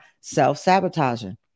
self-sabotaging